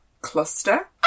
cluster